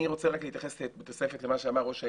אני רוצה רק להתייחס בתוספת למה שאמר ראש העיר,